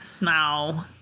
No